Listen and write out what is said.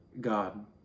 God